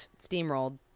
steamrolled